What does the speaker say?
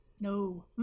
No